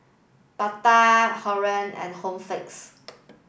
Bata and Home Fix